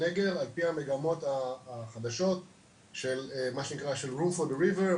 --- על פי המגמות החדשות של מה שנקרה roof on the river,